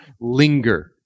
linger